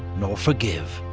nor forgive.